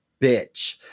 bitch